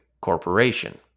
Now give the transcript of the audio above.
corporation